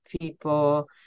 people